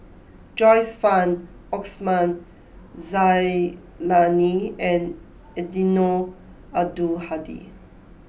Joyce Fan Osman Zailani and Eddino Abdul Hadi